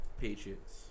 Patriots